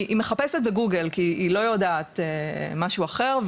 היא מחפשת בגוגל כי היא לא יודעת משהו אחר,